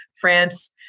France